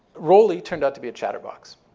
rolly turned out to be a chatterbox.